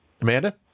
Amanda